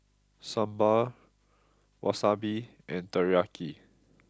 Sambar Wasabi and Teriyaki